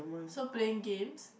so playing games